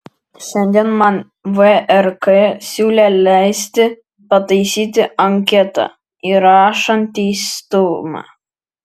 šiandien man vrk siūlė leisti pataisyti anketą įrašant teistumą